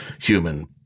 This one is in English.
human